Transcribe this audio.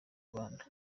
rwanda